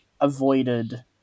avoided